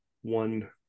one